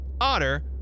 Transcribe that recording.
otter